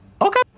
Okay